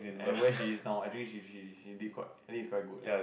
and where she is now I think she she she did quite I think is quite good ya